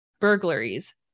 burglaries